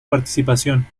participación